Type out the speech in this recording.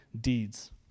deeds